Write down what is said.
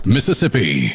Mississippi